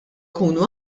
jkunu